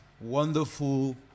wonderful